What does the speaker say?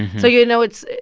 so, you know, it's